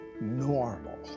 normal